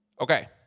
Okay